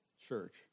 church